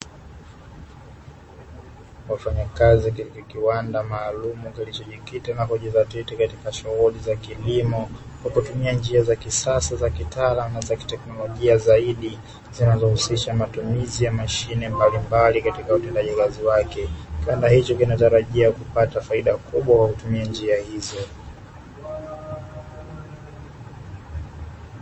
Wafanyakazi katika kiwanda maalum kiliichojikita na kijizatiti na shughuli za kilimo, kwa kutumia njia za kisasa za kitaalam za kiteknolojia zaidi zinazojihusisha matumizi ya mashine mbalimbali katika utendaji kazi wake, kiwanda hicho kinatarajia kupata faida kubwa kwa kutumia njia hizo.